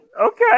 Okay